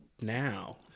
now